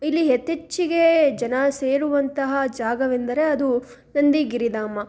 ಇಲ್ಲಿ ಯಥೇಚ್ಚಿಗೇ ಜನ ಸೇರುವಂತಹ ಜಾಗವೆಂದರೆ ಅದು ನಂದಿ ಗಿರಿಧಾಮ